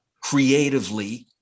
Creatively